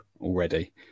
already